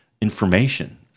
information